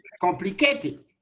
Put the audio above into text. complicated